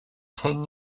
ten